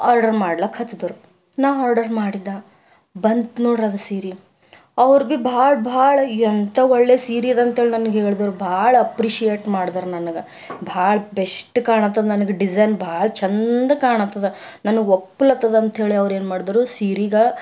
order ಮಾಡ್ಲಕ್ಕ ಹಚ್ಚಿದ್ರು ನಾನು ಆರ್ಡರ್ ಮಾಡಿದ ಬಂತು ನೋಡ್ರಿ ಅದು ಸೀರೆ ಅವ್ರು ಭೀ ಭಾಳ ಭಾಳ ಎಂಥ ಒಳ್ಳೆ ಸೀರೆ ಅದ ಅಂಥೇಳಿ ನನಗೆ ಹೇಳಿದ್ರು ಭಾಳ ಅಪ್ರಿಷಿಯೇಟ್ ಮಾಡಿದ್ರು ನನಗೆ ಭಾಳ ಬೆಷ್ಟ್ ಕಾಣತ್ತೆ ನನಗೆ ಡಿಸೈನ್ ಭಾಳ ಚೆಂದ ಕಾಣುತ್ತದೆ ನನಗೆ ಒಪ್ಪ್ಲತ್ತದ ಅಂತ ಹೇಳಿ ಅವ್ರು ಏನು ಮಾಡಿದ್ರು ಸೀರೆಗೆ